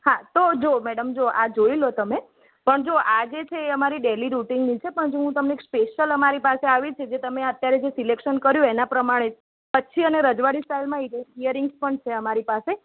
હા તો જો મેડમ જુઓ આ જોઈ લો તમે પણ જો આ જે છે એ અમારી ડેઈલી રૂટીનની છે પણ જો હું તમને સ્પેશિયલ અમારી પાસે આવી છે જે તમે અત્યારે જે સિલેક્શન કર્યું એના પ્રમાણે કચ્છી અને રજવાડી સ્ટાઇલમાં ઇરે ઇયરિંગ્સ પણ છે અમારી પાસે